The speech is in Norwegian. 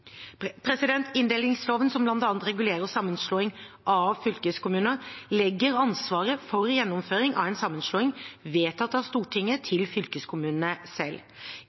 Inndelingsloven, som bl.a. regulerer sammenslåing av fylkeskommuner, legger ansvaret for å gjennomføre en sammenslåing vedtatt av Stortinget, til fylkeskommunene selv.